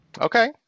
Okay